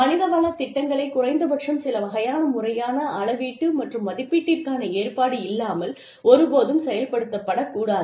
மனிதவள திட்டங்களை குறைந்தபட்சம் சில வகையான முறையான அளவீட்டு மற்றும் மதிப்பீட்டிற்கான ஏற்பாடு இல்லாமல் ஒருபோதும் செயல்படுத்தப்பட கூடாது